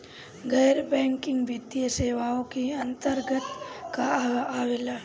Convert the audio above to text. गैर बैंकिंग वित्तीय सेवाए के अन्तरगत का का आवेला?